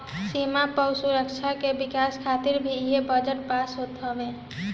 सीमा पअ सुरक्षा के विकास खातिर भी इ बजट पास होत हवे